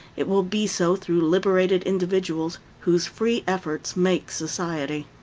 it will be so through liberated individuals, whose free efforts make society.